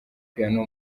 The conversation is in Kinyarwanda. piano